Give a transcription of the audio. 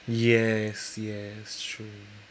yes yes true